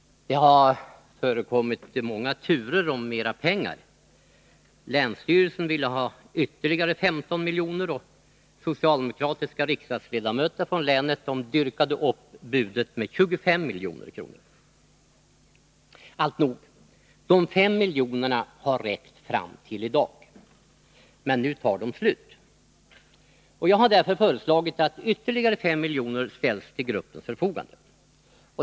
Det har förekommit många turer om mer pengar. Länsstyrelsen ville ha ytterligare 15 miljoner, och socialdemokratiska riksdagsledamöter trissade upp budet med 25 milj.kr. Alltnog, de 5 miljonerna har räckt fram till i dag. Men nu tar de slut. Jag har därför föreslagit att ytterligare 5 milj.kr. ställs till gruppens förfogande.